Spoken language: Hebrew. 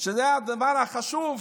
שזה הדבר החשוב.